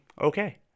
okay